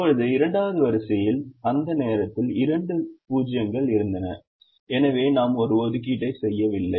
இப்போது 2 வது வரிசையில் அந்த நேரத்தில் இரண்டு 0 கள் இருந்தன எனவே நாம் ஒரு ஒதுக்கீட்டை செய்யவில்லை